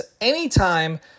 anytime